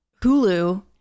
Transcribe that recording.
Hulu